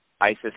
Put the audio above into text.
ISIS